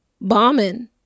bombing